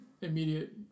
immediate